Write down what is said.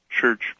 church